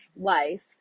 life